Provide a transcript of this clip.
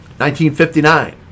1959